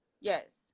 Yes